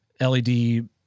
LED